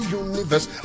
universe